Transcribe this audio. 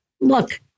Look